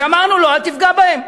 כשאמרנו לו: אל תפגע בהם,